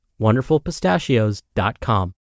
wonderfulpistachios.com